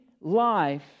life